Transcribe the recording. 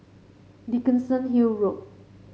Dickenson Hill Road